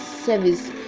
Service